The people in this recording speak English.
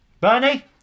Bernie